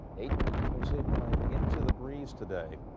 as you can see, playing into the breeze today.